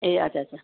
ए अच्छा अच्छा